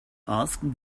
asked